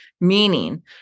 meaning